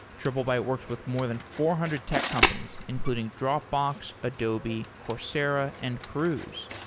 triplebyte works with more than four hundred tech companies including dropbox, adobe, coursera and cruise.